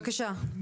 כן, בבקשה.